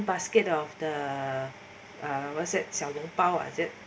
basket of the one set xiao long bao ah is it